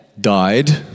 died